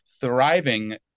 thriving